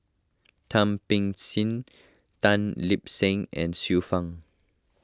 Thum Ping Tjin Tan Lip Seng and Xiu Fang